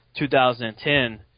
2010